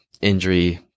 injury